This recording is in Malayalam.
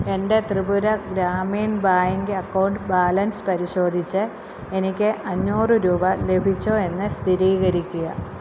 എൻ്റെ Tripura Gramin bank account balance പരിശോധിച്ച് എനിക്ക് അഞ്ഞൂറ് രൂപ ലഭിച്ചോ എന്ന് സ്ഥിരീകരിക്കുക